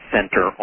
Center